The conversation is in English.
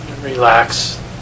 Relax